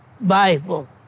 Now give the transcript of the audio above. Bible